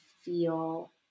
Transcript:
feel